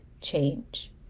change